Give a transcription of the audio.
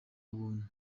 ubuntu